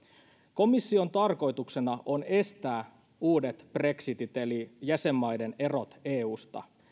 komission tarkoituksena on estää uudet brexitit eli jäsenmaiden erot eusta